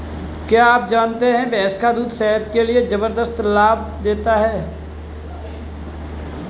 क्या आप जानते है भैंस का दूध सेहत के लिए जबरदस्त लाभ देता है?